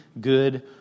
good